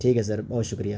ٹھیک ہے سر بہت شکریہ